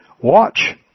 Watch